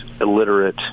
illiterate